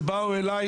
שבאו אליי,